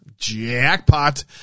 Jackpot